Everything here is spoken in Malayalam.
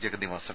ജഗന്നിവാസൻ